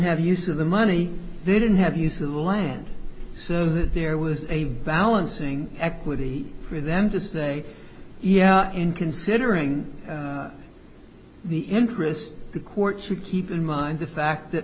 have use of the money they didn't have used the land so that there was a balancing act would be for them to say yeah in considering the interest the court should keep in mind the fact that